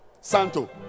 santo